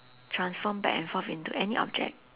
transform back and forth into any object